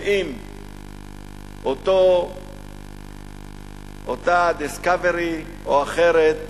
ואם אותה "דיסקברי", או אחרת,